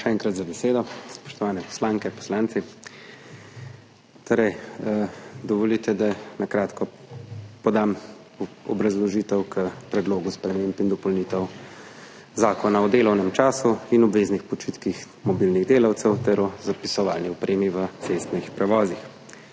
še enkrat za besedo. Spoštovane poslanke, poslanci! Dovolite, da na kratko podam obrazložitev k Predlogu sprememb in dopolnitev Zakona o delovnem času in obveznih počitkih mobilnih delavcev ter o zapisovalni opremi v cestnih prevozih.